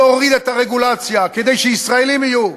להוריד את הרגולציה כדי שישראלים יהיו,